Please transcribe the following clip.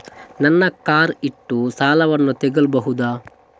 ನನ್ನ ಕಾರ್ ಇಟ್ಟು ಸಾಲವನ್ನು ತಗೋಳ್ಬಹುದಾ?